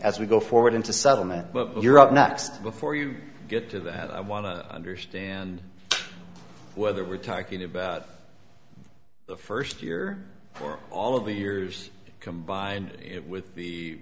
as we go forward into settlement you're up next before you get to that i want to understand whether we're talking about the first year for all of the years combined it with the